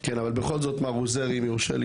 מר עוזרי,